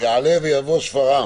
יעלה ויבוא שפרעם.